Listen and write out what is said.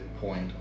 point